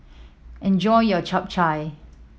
enjoy your Chap Chai